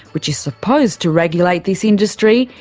which is supposed to regulate this industry,